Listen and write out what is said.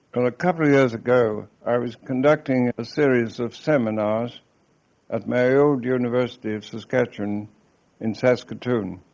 a couple of years ago i was conducting a series of seminars at my old university of saskatchewan in saskatoon,